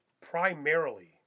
primarily